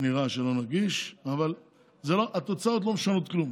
נראה שלא נגיש, אבל התוצאות לא משנות כלום.